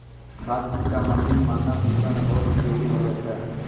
खाद छिड़काव मसीन मानव जीवन म बहुत उपयोगी होलो छै